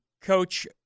Coach